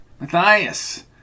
Matthias